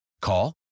Call